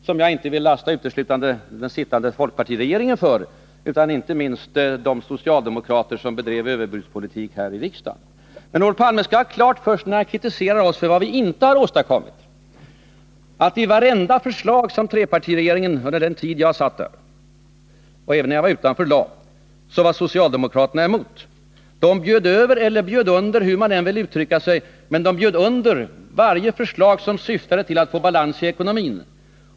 Jag vill inte lasta uteslutande den dåvarande folkpartiregeringen för detta, utan jag anser att den berodde inte minst på de socialdemokrater som bedrev överbudspolitik här i riksdagen. Men Olof Palme skall ha klart för sig, när han kritiserar oss för vad vi inte har åstadkommit, att socialdemokraterna var emot vartenda förslag som trepartiregeringen under den tid jag satt där — och även när jag var utanför — lade fram. De bjöd över eller bjöd under — hur man nu vill uttrycka sig — när det gällde alla förslag som syftade till att få balans i ekonomin.